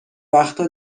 وقتها